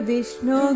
Vishnu